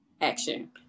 action